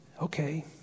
okay